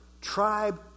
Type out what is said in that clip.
tribe